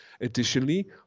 Additionally